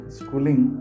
schooling